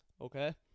Okay